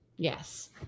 yes